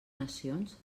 nacions